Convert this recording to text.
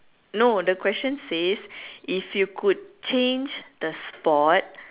no the question says if you could change the sport